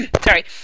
sorry